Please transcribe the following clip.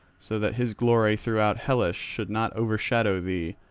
so that his glory throughout hellas should not overshadow thee,